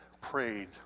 prayed